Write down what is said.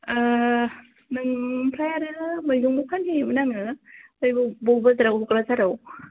ओ ओमफ्राय आरो मैगंबो फानहैयोमोन आङो बर' बाजाराव अग्राजाराव